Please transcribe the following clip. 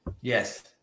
Yes